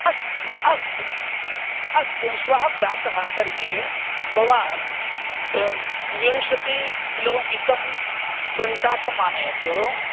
अस्तु अस्तु अस्तु श्वः प्रातः तर्हि भवान् विंशति किलो मितं वृन्ताकम् आनयतु